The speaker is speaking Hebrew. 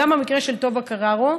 גם המקרה של טובה קררו,